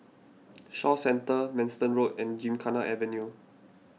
Shaw Centre Manston Road and Gymkhana Avenue